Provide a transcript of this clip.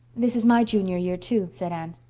this is my junior year, too, said anne.